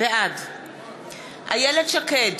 בעד איילת שקד,